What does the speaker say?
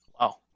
Wow